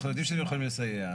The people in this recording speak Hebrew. אנחנו יודעים שאתם יכולים לסייע.